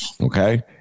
Okay